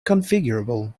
configurable